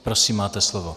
Prosím, máte slovo.